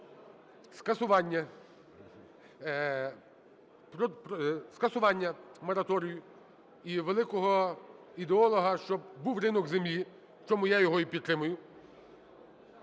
скасування мораторію і великого ідеолога, щоб був ринок землі, в чому я його і підтримую,